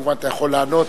כמובן אתה יכול לענות,